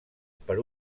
per